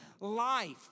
life